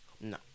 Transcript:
No